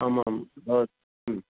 आम् आम् भवतु ह्म्